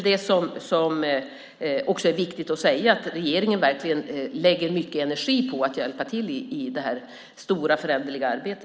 Det är också viktigt att säga att regeringen verkligen lägger mycket energi på att hjälpa till i detta stora föränderliga arbete.